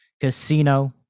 Casino